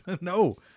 No